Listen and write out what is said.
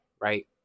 right